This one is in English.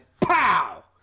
POW